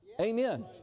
Amen